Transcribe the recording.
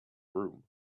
room